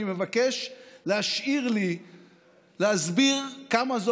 אני מבקש להשאיר לי להסביר כמה זו